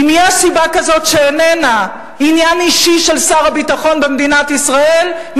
אם יש סיבה כזאת שאיננה עניין אישי של שר הביטחון במדינת ישראל,